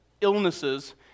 illnesses